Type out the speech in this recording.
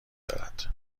دارد